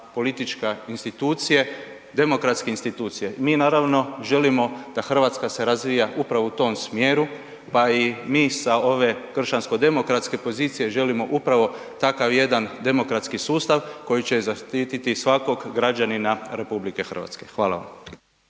politička institucije, demokratske institucije. Mi naravno želimo da hrvatska se razvija upravo u tom smjeru pa i mi sa ove kršćansko demokratske pozicije želimo upravo takav jedan demokratski sustav koji će zaštititi svakog građanina RH. Hvala vam.